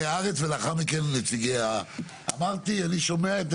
אני לא סתם מכבד ונותן לראשי הרשויות לדבר.